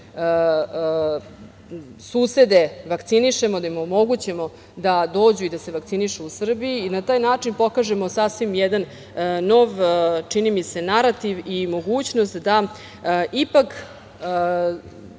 susede vakcinišemo, da im omogućimo da dođu i da se vakcinišu u Srbiji i na taj način pokažemo sasvim jedan nov, čini mi se, narativ i mogućnost da ipak